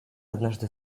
однажды